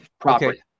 property